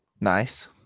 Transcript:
Nice